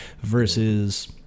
versus